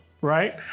right